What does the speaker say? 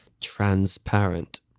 transparent